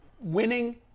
winning